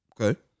Okay